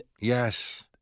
Yes